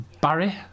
Barry